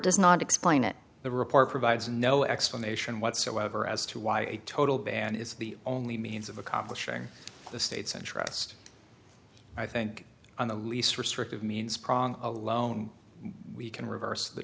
does not explain it the report provides no explanation whatsoever as to why a total ban is the only means of accomplishing the state's interest i think on the least restrictive means prong alone we can reverse the